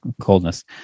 coldness